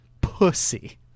pussy